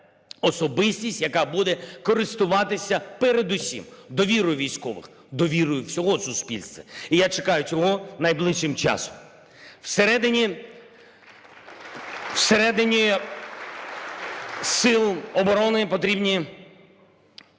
особистість, яка буде користуватися передусім довірою військових, довірою всього суспільства. І я чекаю цього найближчим часом. (Оплески) Всередині сил оборони потрібні